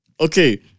okay